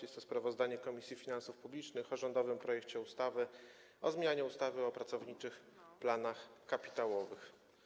Jest to sprawozdanie Komisji Finansów Publicznych o rządowym projekcie ustawy o zmianie ustawy o pracowniczych planach kapitałowych.